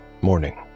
morning